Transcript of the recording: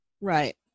Right